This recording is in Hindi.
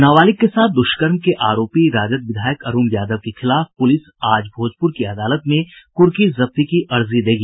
नाबालिग के साथ दुष्कर्म के आरोपी राजद विधायक अरूण यादव के खिलाफ पुलिस आज भोजपुर की अदालत में कुर्की जब्ती की अर्जी देगी